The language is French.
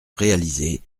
réaliser